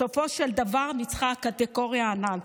בסופו של דבר ניצחה הקטגוריה הנ"ל.